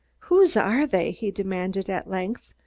whose are they? he demanded at length.